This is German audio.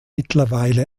mittlerweile